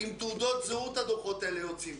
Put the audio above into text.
עם תעודות זהות הדוחות האלה יוצאים.